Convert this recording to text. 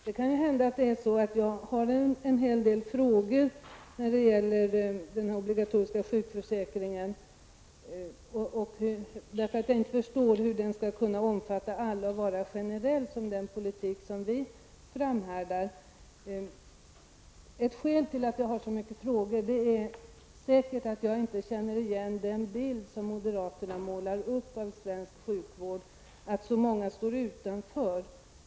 Fru talman! Det kan hända att jag har en hel del frågor när det gäller den obligatoriska sjukförsäkringen, eftersom jag inte förstår hur den skall kunna omfatta alla och vara generell i likhet med den politik som vi framhärdar i att föra. Ett skäl till att jag har så många frågor är att jag inte känner igen den bild som moderaterna målar upp av svensk sjukvård, att så många står utanför.